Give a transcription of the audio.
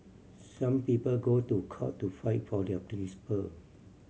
some people go to court to fight for their principle